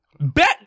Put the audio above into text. Bet